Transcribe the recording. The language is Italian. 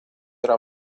era